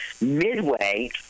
Midway